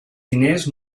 diners